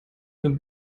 dem